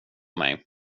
mig